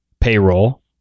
payroll